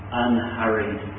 unhurried